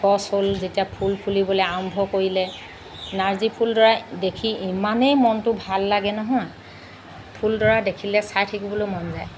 গছ হ'ল যেতিয়া ফুল ফুলিবলৈ আৰম্ভ কৰিলে নাৰ্জী ফুলডৰা দেখি ইমানেই মনটো ভাল লাগে নহয় ফুলডৰা দেখিলে চাই থাকিবলৈ মন যায়